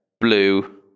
blue